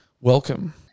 Welcome